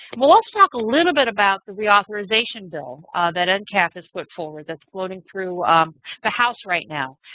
we'll also talk a little bit about the re-authorization bill that ah ncap has put forward that's floating through the house right now.